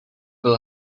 byl